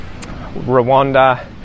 Rwanda